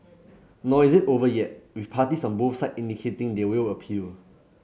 nor is it over yet with parties on both side indicating they will appeal